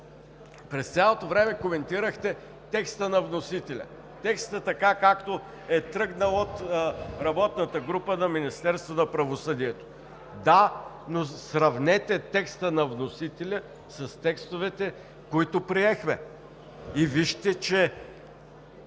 през цялото време коментирахте текста на вносителя, текста, така както е тръгнал от работната група на Министерството на правосъдието. Да, но сравнете текста на вносителя с текстовете, които приехме и вижте, че